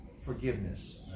forgiveness